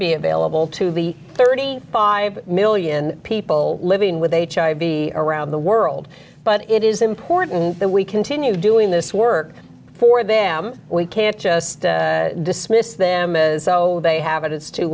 be available to the thirty five million people living with hiv be around the world but it is important that we continue doing this work for them we can't just dismiss them as so they have it it's too